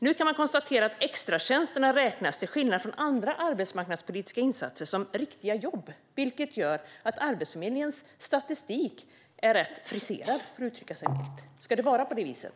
Nu kan man konstatera att extratjänsterna till skillnad från andra arbetsmarknadspolitiska insatser räknas som riktiga jobb, vilket gör att Arbetsförmedlingens statistik är rätt friserad, för att uttrycka sig milt. Ska det vara på det viset?